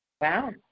Wow